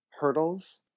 hurdles